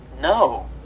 No